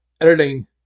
editing